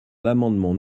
l’amendement